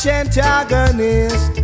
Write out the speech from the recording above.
antagonist